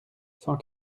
cent